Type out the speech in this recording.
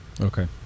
Okay